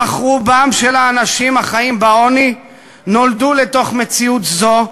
אך רובם של האנשים החיים בעוני נולדו לתוך מציאות זו,